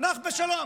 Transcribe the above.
נח בשלום.